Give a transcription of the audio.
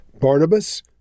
Barnabas